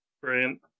Brilliant